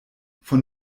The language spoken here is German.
von